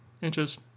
inches